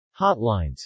Hotlines